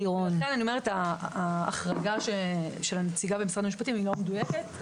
אני אומרת שההחרגה של הנציגה במשרד המשפטים היא לא מדויקת.